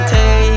Take